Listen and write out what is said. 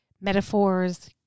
metaphors